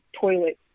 toilet